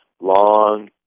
long